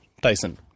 Tyson